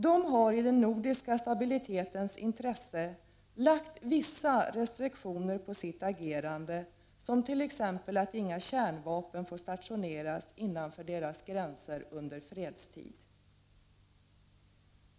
De har i den nordiska stabilitetens intresse lagt vissa restriktioner på sitt agerande som t.ex. att inga kärnvapen får stationeras innanför deras gränser under fredstid.